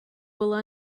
will